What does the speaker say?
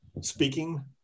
speaking